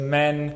men